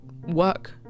work